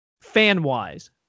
fan-wise